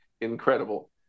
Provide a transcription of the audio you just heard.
incredible